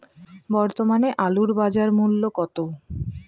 বর্তমানে আলুর বাজার মূল্য কত?